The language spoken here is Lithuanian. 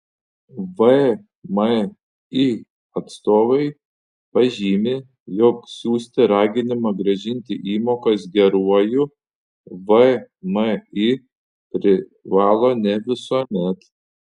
vmi atstovai pažymi jog siųsti raginimą grąžinti įmokas geruoju vmi privalo ne visuomet